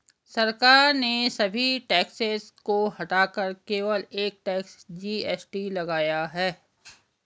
सरकार ने सभी टैक्सेस को हटाकर केवल एक टैक्स, जी.एस.टी लगाया है